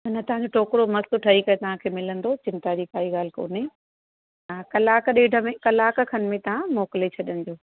अञा तव्हांजो टोकिरो मस्तु ठही करे तव्हांखे मिलंदो चिंता जी काई ॻाल कोन्हे हा कलाकु ॾेढ में कलाक खन में तव्हां मोकिले छॾिजो